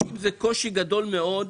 יש עם זה קושי גדול מאוד.